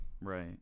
Right